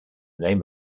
name